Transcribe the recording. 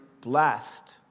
blessed